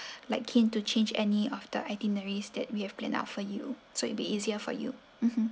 like keen to change any of the itineraries that we have planned out for you so it'll be easier for you mmhmm